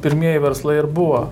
pirmieji verslai ir buvo